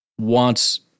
wants